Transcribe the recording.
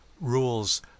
rules